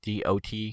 Dot